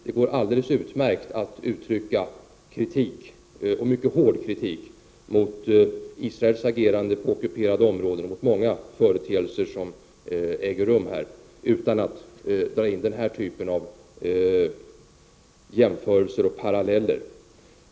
Det går alldeles utmärkt att uttrycka kritik, och mycket hård kritik, mot Israels agerande på ockuperade områden och mot många företeelser som äger rum här, utan att man drar in dessa jämförelser och paralleller.